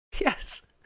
Yes